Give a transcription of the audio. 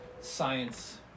science